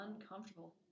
uncomfortable